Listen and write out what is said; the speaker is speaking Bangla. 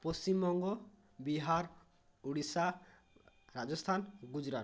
পশ্চিমবঙ্গ বিহার উড়িষ্যা রাজস্থান গুজরাট